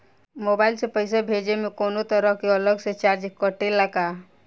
Mobile से पैसा भेजे मे कौनों तरह के अलग से चार्ज कटेला का?